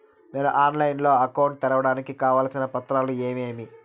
నేను ఆన్లైన్ లో అకౌంట్ తెరవడానికి కావాల్సిన పత్రాలు ఏమేమి?